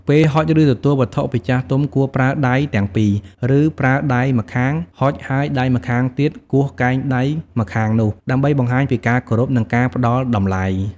ពេលហុចឬទទួលវត្ថុពីចាស់ទុំ គួរ ប្រើដៃទាំងពីរ ឬប្រើដៃម្ខាងហុចហើយដៃម្ខាងទៀតគោះកែងដៃម្ខាងនោះ ដើម្បីបង្ហាញពីការគោរព និងការផ្ដល់តម្លៃ។